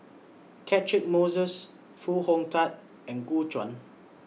Catchick Moses Foo Hong Tatt and Gu Juan